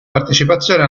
partecipazione